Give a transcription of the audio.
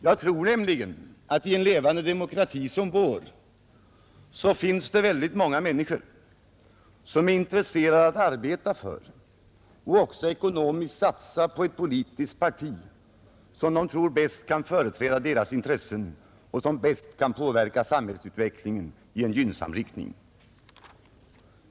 Jag tror nämligen att det i en levande demokrati som vår finns väldigt många människor som är intresserade av att arbeta för och också ekonomiskt satsa på det politiska parti som de tror bäst kan företräda deras intressen och bäst påverka samhällsutvecklingen i en gynnsam riktning.